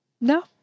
No